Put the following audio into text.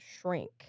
shrink